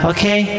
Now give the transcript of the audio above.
Okay